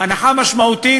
הנחה משמעותית.